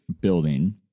building